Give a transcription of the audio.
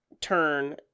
turn